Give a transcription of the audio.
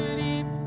deep